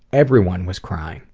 everyone was crying.